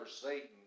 Satan